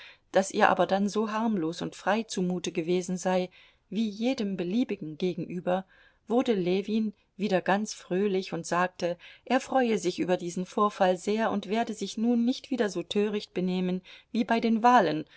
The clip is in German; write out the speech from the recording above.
daß ihr aber dann so harmlos und frei zumute gewesen sei wie jedem beliebigen gegenüber wurde ljewin wieder ganz fröhlich und sagte er freue sich über diesen vorfall sehr und werde sich nun nicht wieder so töricht benehmen wie bei den wahlen